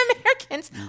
Americans